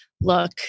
look